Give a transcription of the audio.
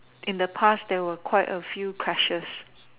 in the past there were quite a few crashes